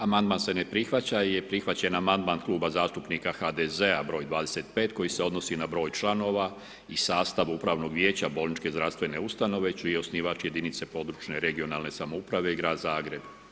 Amandman se ne prihvaća jer je prihvaćen amandman Kluba zastupnika HDZ-a broj 25 koji se odnosi na broj članova i sastav upravnog vijeća bolničke zdravstvene ustanove čije osnivačke jedinice područne regionalne samouprave i grad Zagreb.